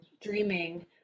dreaming